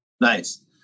Nice